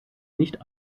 nicht